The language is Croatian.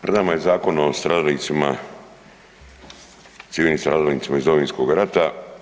Pred nama je Zakon o stradalnicima, civilnim stradalnicima iz Domovinskog rata.